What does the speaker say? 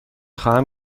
خواهم